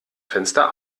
fenster